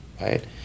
right